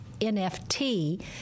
NFT